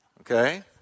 okay